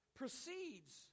proceeds